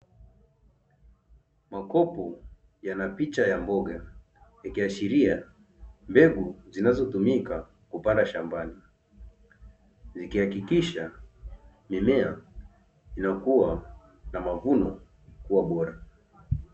Makopo yana picha ya mboga, ikiashiria mbegu zinazotumika kupanda shambani, ikihakikisha mimea ikikua na mavuno kuwa bora.